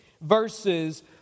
verses